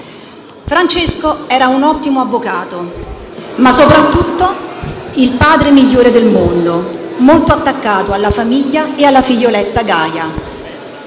Francesco era un ottimo avvocato, ma soprattutto il padre migliore del mondo, molto attaccato alla famiglia e alla figlioletta Gaia,